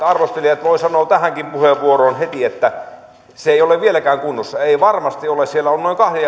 arvostelijat voivat sanoa tähänkin puheenvuoroon heti että se ei ole vieläkään kunnossa ei varmasti ole siellä on noin kahden